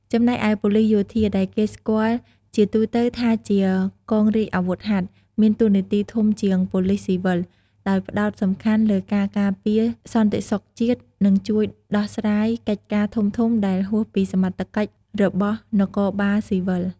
ចំណែកឯប៉ូលិសយោធា ដែលគេស្គាល់ជាទូទៅថាជាកងរាជអាវុធហត្ថ មានតួនាទីធំជាងប៉ូលិសស៊ីវិល ដោយផ្តោតសំខាន់លើការការពារសន្តិសុខជាតិ និងជួយដោះស្រាយកិច្ចការធំៗដែលហួសពីសមត្ថកិច្ចរបស់នគរបាលស៊ីវិល។